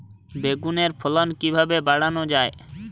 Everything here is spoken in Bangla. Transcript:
বেগুনের ফলন কিভাবে বাড়ানো যায়?